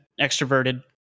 extroverted